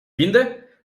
vinden